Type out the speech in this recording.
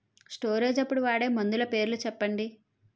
Storage అప్పుడు వాడే మందులు పేర్లు చెప్పండీ?